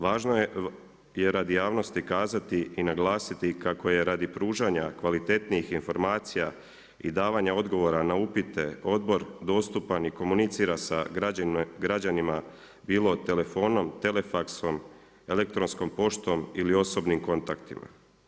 Važno je i radi javnosti kazati i naglasiti kako je radi pružanja kvalitetnijih informacija i davanja odgovora na upite odbor dostupan i komunicira sa građanima bilo telefonom, telefaksom, elektronskom poštom ili osobnim kontaktima.